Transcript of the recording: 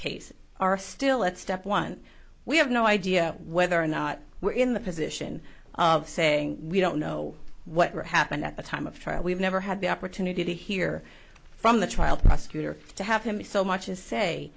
case are still at step one we have no idea whether or not we're in the position of saying we don't know what happened at the time of trial we've never had the opportunity to hear from the trial prosecutor to have him so much as say